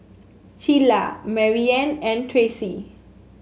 Cilla Maryanne and Tracee